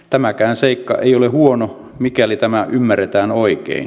tämäkään seikka ei ole huono mikäli tämä ymmärretään oikein